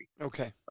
Okay